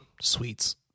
Sweets